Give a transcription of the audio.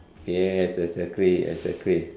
yes exactly exactly